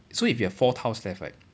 so if you have four tiles left right